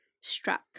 struck